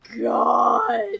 god